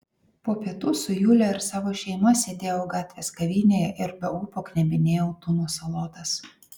po pietų su jule ir savo šeima sėdėjau gatvės kavinėje ir be ūpo knebinėjau tuno salotas